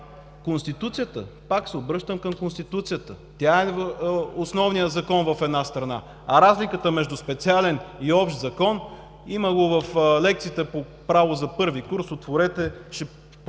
Конституцията, пак се обръщам към Конституцията, е основният закон в една страна. А разликата между специален и общ закон – има го в лекциите по право за I курс. Отворете, прочетете